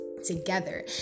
together